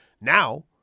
Now